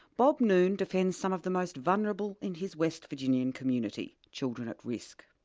bob noone defends some of the most vulnerable in his west virginian community children at risk.